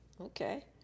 Okay